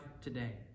today